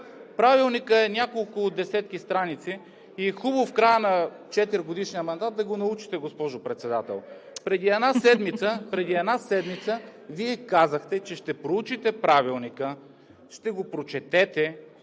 Правилникът е няколко десетки страници и е хубаво в края на четиригодишния мандат да го научите, госпожо Председател. Преди една седмица Вие казахте, че ще проучите Правилника, ще го прочетете